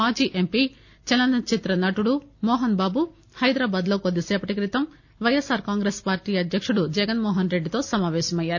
మాజీ ఎంపీ చలనచిత్ర నటుడు మోహన్ బాబు హైదరాబాద్ లో కొద్దీసేపటి క్రితం పైఎస్పార్ కాంగ్రెస్ పార్టీ అధ్యకుడు జగన్మోహన్ రెడ్డితో సమాపేశమయ్యారు